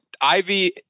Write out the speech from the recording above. Ivy